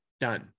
Done